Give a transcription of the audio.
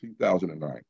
2009